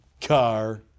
car